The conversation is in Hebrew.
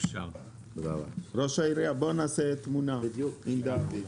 הישיבה נעולה.